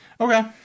Okay